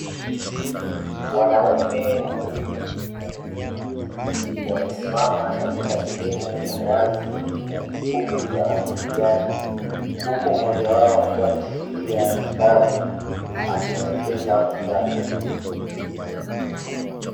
Wanaume wawili watu wazima, wamesimama katika sehemu ya wazi yenye nyasi fupi za rangi ya kijani, na huku mmoja wao akiwa ameshika kitabu akimuelekeza mwenzake.